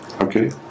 Okay